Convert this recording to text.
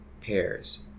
pairs